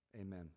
amen